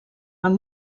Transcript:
van